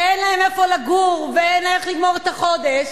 שאין להם איפה לגור ואין להם איך לגמור את החודש